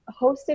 hosted